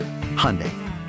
Hyundai